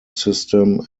system